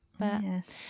Yes